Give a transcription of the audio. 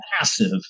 massive